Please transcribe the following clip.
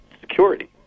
security